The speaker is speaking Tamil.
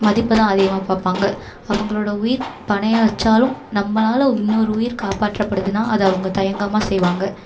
மதிப்பைதான் அதிகமாக பார்ப்பாங்க அவங்களோட உயிர் பணய வச்சாலும் நம்மளால் இன்னொரு உயிர் காப்பாற்றப்படுதுன்னால் அதை அவங்க தயங்காமல் செய்வாங்க